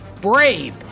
Brave